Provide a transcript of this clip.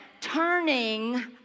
turning